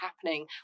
happening